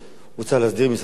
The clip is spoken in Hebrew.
הוא צריך להסדיר עם משרד הפנים,